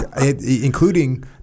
Including